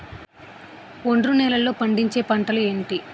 ఒండ్రు నేలలో పండించే పంటలు ఏంటి?